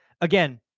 again